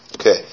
Okay